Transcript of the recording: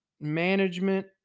management